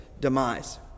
demise